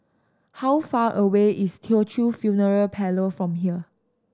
how far away is Teochew Funeral Parlour from here